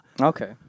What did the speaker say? Okay